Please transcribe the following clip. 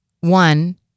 one